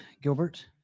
Gilbert